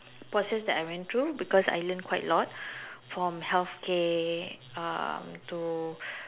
process that I went through because I learned quite a lot from healthcare um to